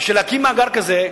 בשביל להקים מאגר כזה,